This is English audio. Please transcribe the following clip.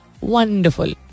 wonderful